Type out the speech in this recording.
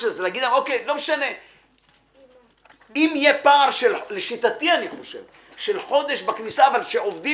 אם יהיה פער של חודש בכניסה אבל שעובדים